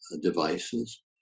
devices